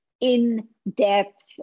in-depth